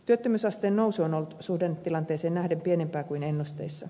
työttömyysasteen nousu on ollut suhdannetilanteeseen nähden pienempää kuin ennusteissa